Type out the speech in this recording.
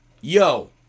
Yo